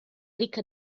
ricca